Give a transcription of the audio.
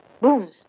boom